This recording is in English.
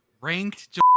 Ranked